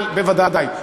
בוודאי,